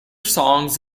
songs